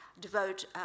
devote